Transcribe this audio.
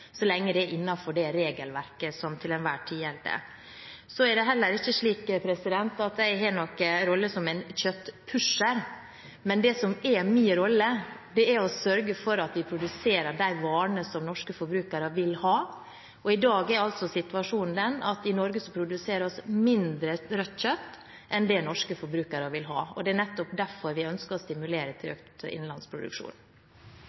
så lenge det er innenfor det regelverket som til enhver tid gjelder. Det er heller ikke slik at jeg har noen rolle som kjøttpusher. Det som er min rolle, er å sørge for at vi produserer de varene som norske forbrukere vil ha. I dag er situasjonen den at vi i Norge produserer mindre rødt kjøtt enn det norske forbrukere vil ha. Det er nettopp derfor vi ønsker å stimulere til økt